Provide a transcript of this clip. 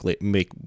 make